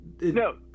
No